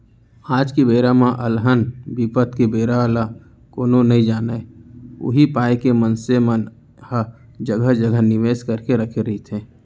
आज के बेरा म अलहन बिपत के बेरा ल कोनो नइ जानय उही पाय के मनसे मन ह जघा जघा निवेस करके रखे रहिथे